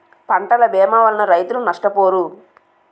పంటల భీమా వలన రైతులు నష్టపోరు